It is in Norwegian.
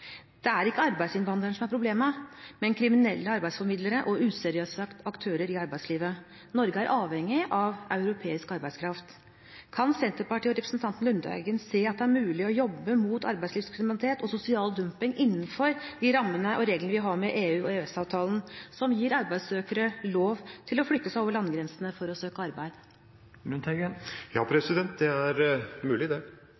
Det er ikke arbeidsinnvandreren som er problemet, men kriminelle arbeidsformidlere og useriøse aktører i arbeidslivet. Norge er avhengig av europeisk arbeidskraft. Kan Senterpartiet og representanten Lundteigen se at det er mulig å jobbe mot arbeidslivskriminalitet og sosial dumping innenfor de rammene og reglene vi har med EU gjennom EØS-avtalen, som gir arbeidssøkere lov til å flytte seg over landegrensene for å søke arbeid? Ja, det